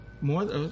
more